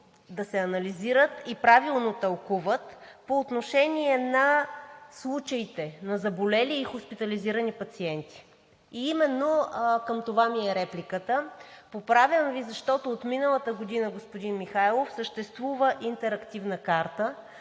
да се анализират и правилно тълкуват по отношение на случаите на заболели и хоспитализирани пациенти. Именно към това ми е репликата. Поправям Ви, защото от миналата година, господин Михайлов, съществува интерактивна карта,